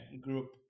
group